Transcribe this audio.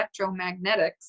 electromagnetics